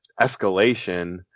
escalation